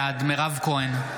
בעד מירב כהן,